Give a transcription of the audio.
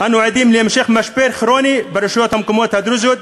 אנו עדים להמשך משבר כרוני ברשויות המקומיות הדרוזיות,